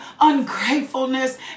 ungratefulness